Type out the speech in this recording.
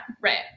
Right